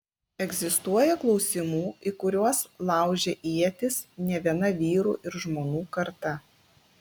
egzistuoja klausimų į kuriuos laužė ietis ne viena vyrų ir žmonų karta